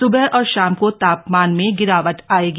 स्बह और शाम को तापमान में गिरावट आएगी